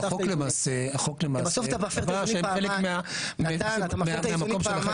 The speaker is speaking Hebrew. החוק למעשה קבע שהם חלק מהמקום שלכם.